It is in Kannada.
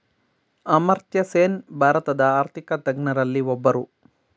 ಅಮರ್ತ್ಯಸೇನ್ ಭಾರತದ ಆರ್ಥಿಕ ತಜ್ಞರಲ್ಲಿ ಒಬ್ಬರು